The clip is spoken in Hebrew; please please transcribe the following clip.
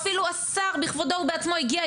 אפילו השר בכבודו ובעצמו הגיע,